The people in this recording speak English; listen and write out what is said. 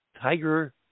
Tiger